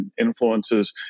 influences